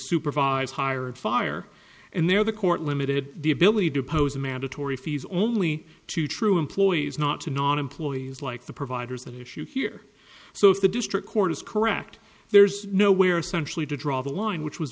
supervise hire and fire and they're the court limited the ability to pose mandatory fees only to true employees not to non employees like the providers of the issue here so if the district court is correct there's nowhere essentially to draw the line which was